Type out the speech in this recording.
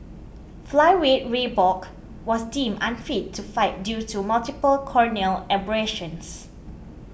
Flyweight Ray Borg was deemed unfit to fight due to multiple corneal abrasions